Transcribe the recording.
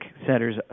centers